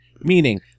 Meaning